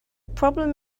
problem